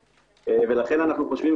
לכן אנו חושבים